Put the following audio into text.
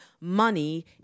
money